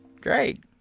Great